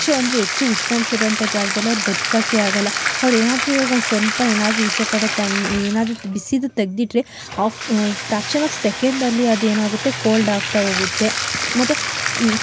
ಹೆಚ್ಚೆಂದ್ರೆ ಹೆಚ್ಚು ಉಷ್ಣಾಂಶ ಇರುವಂಥ ಜಾಗ್ದಲ್ಲಿ ಅವ್ರು ಬದುಕೋಕೆ ಆಗಲ್ಲ ಅವರೇನಾದ್ರೂ ಇವಾಗ ಒಂದು ಸ್ವಲ್ಪ ಏನಾದರೂ ಈಚೆ ಕಡೆ ತಣ್ಣ ಏನಾದರೂ ಬಿಸಿದು ತೆಗೆದಿಟ್ರೆ ಹಾಫ್ ಫ್ರಾಕ್ಷನ್ ಆಫ್ ಸೆಕೆಂಡಲ್ಲಿ ಅದೇನಾಗುತ್ತೆ ಕೋಲ್ಡ್ ಆಗ್ತಾ ಹೋಗುತ್ತೆ ಮತ್ತೆ